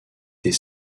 des